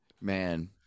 Man